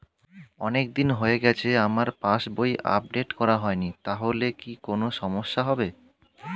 অনেকদিন হয়ে গেছে আমার পাস বই আপডেট করা হয়নি তাহলে কি কোন সমস্যা হবে?